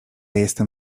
jestem